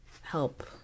help